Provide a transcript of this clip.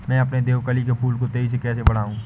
मैं अपने देवकली के फूल को तेजी से कैसे बढाऊं?